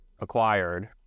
acquired